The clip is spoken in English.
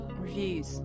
Reviews